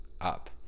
up